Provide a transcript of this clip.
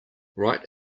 write